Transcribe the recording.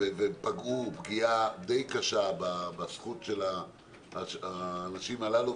ופגעו פגיעה דיי קשה בזכות של האנשים הללו.